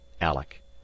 Alec